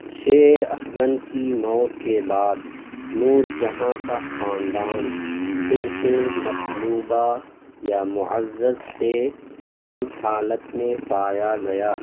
شیر افگن کی موت کے بعد نور جہاں کا خاندان پھر سے مطلوبہ یا معزز سے کم حالت میں پایا گیا